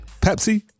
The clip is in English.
Pepsi